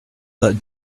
that